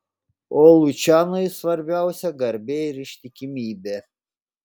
o lučianui svarbiausia garbė ir ištikimybė